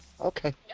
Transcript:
Okay